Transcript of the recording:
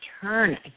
turn